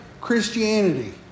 Christianity